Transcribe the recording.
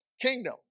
kingdom